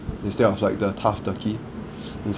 instead of like the tough turkey insi~